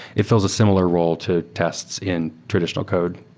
it fills a similar role to tests in traditional code.